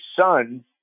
son